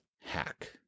hack